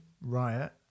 riot